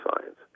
science